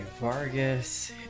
Vargas